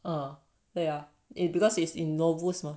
uh yeah it because it's in novels mah